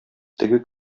теге